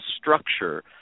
structure